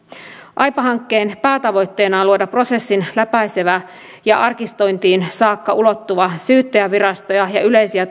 aipa hankkeen päätavoitteena on luoda prosessin läpäisevä ja arkistointiin saakka ulottuva syyttäjänvirastoja ja yleisiä